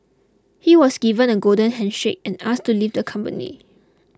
he was given a golden handshake and asked to leave the company